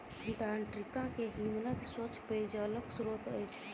Antarctica के हिमनद स्वच्छ पेयजलक स्त्रोत अछि